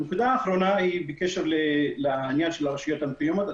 נקודה אחרונה בקשר לעניין של הרשויות המקומיות.